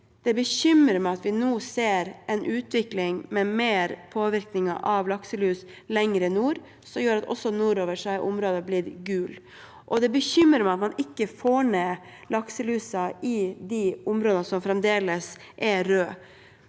Det bekymrer meg at vi nå ser en utvikling med mer påvirkning av lakselus lenger nord, noe som gjør at også nordover er områder blitt gule, og det bekymrer meg at man ikke får ned antall lakselus i de områdene som fremdeles er røde.